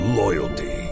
loyalty